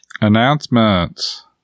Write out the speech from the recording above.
Announcements